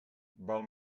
val